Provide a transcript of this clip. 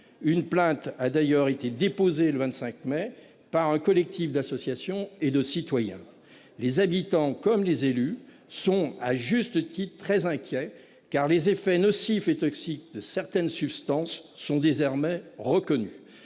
Une plainte a d'ailleurs été déposée le 25 mai par un collectif d'associations et de citoyens, les habitants comme les élus sont à juste titre, très inquiets, car les effets nocifs et toxiques de certaines substances sont désormais reconnus.